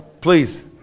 Please